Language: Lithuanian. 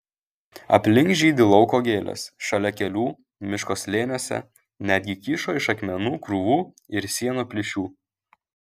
aplink žydi lauko gėlės šalia kelių miško slėniuose netgi kyšo iš akmenų krūvų ir sienų plyšių